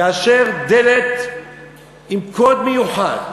כאשר דלת עם קוד מיוחד,